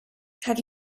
have